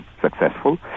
successful